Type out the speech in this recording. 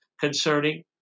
concerning